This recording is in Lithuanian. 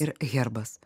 ir herbas